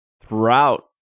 throughout